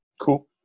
Cool